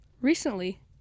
Recently